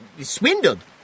swindled